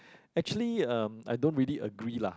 actually um I don't really agree lah